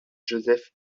joseph